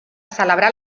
celebrar